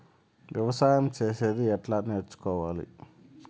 వ్యవసాయం చేసేది ఎట్లా నేర్చుకోవాలి?